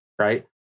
right